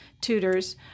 tutors